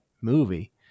movie